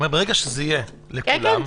הוא אומר שברגע שזה יהיה לכולם,